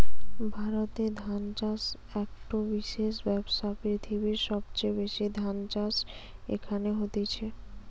ভারতে ধান চাষ একটো বিশেষ ব্যবসা, পৃথিবীর সবচেয়ে বেশি ধান চাষ এখানে হতিছে